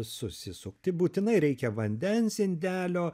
susisukti būtinai reikia vandens indelio